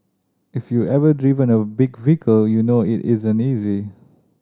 if you've ever driven a big vehicle you'll know it isn't easy